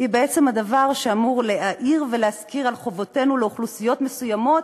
היא בעצם הדבר שאמור להאיר ולהזכיר את חובותינו לאוכלוסיות מסוימות